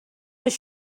was